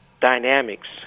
dynamics